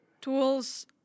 Tools